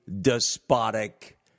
despotic